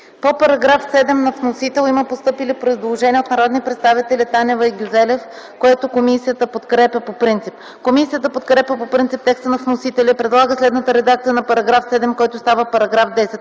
По § 7 на вносителя има постъпили предложения от народните представители Танева и Гюзелев, което комисията подкрепя по принцип. Комисията подкрепя по принцип текста на вносителя и предлага следната редакция на § 7, който става § 10: „§ 10.